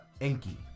Enki